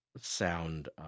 sound